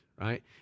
right